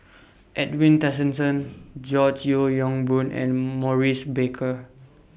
Edwin Tessensohn George Yeo Yong Boon and Maurice Baker